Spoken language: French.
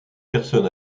personne